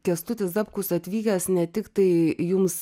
kęstutis zapkus atvykęs ne tik tai jums